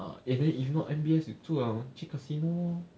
err and then if not M_B_S 你出来 liao 去 casino lor